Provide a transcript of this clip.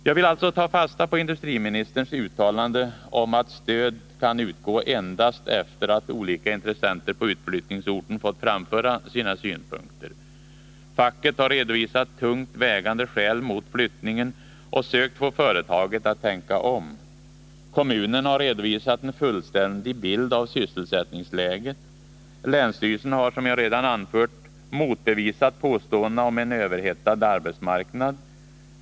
Jag vill alltså ta fasta på industriministerns uttalande om att stöd kan utgå endast efter det att olika intressenter på utflyttningsorten fått framföra sina synpunkter. Facket har redovisat tungt vägande skäl mot flyttningen och sökt få företaget att tänka om. Kommunen har redovisat en fullständig bild av sysselsättningsläget. Länsstyrelsen har, som jag redan anfört, motbevisat påståendena om en överhettad arbetsmarknad.